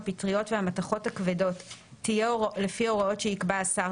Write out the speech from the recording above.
הפטריות והמתכות הכבדות תהיה לפי הוראות שיקבע השר,